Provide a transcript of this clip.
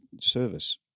service